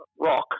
rock